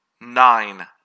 nine